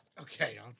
okay